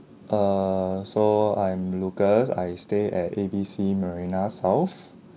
err so I am lucas I stay at A B C marina south